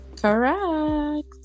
Correct